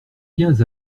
viens